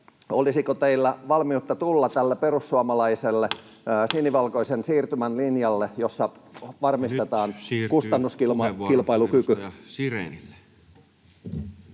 olisiko teillä valmiutta tulla tälle perussuomalaiselle sinivalkoisen siirtymän linjalle, jossa varmistetaan kustannuskilpailukyky?